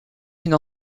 une